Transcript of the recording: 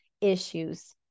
issues